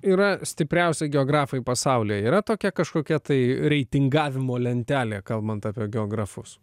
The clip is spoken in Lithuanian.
yra stipriausi geografai pasaulyje yra tokia kažkokia tai reitingavimo lentelė kalbant apie geografus